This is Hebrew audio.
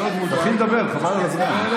תתחיל לדבר, חבל על הזמן.